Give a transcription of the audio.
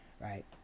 right